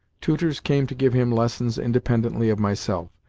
tutors came to give him lessons independently of myself,